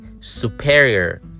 superior